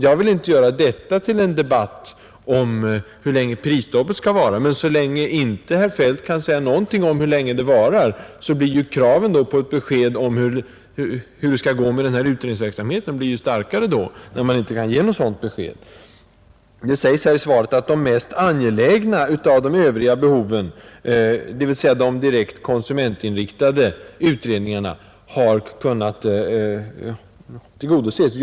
Jag vill inte göra detta till en debatt om hur länge prisstoppet skall vara, men så länge herr Feldt inte kan säga någonting om hur länge det kommer att bibehållas, blir ju kraven på ett besked om hur det skall gå med den här utredningsverksamheten ännu starkare. Det sägs i svaret att ”de mest angelägna av övriga behov” — dvs. de direkt konsumentinriktade utredningarna — har kunnat tillgodoses.